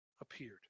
appeared